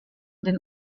den